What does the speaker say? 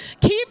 keep